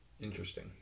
Interesting